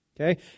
Okay